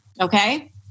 okay